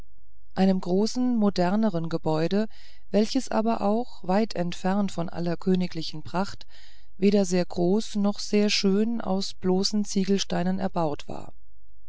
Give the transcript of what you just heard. einem etwas moderneren gebäude welches aber auch weit entfernt von aller königlicher pracht weder sehr groß noch sehr schön aus bloßen ziegelsteinen erbaut war